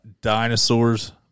dinosaurs